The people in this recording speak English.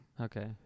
Okay